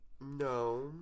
No